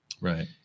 Right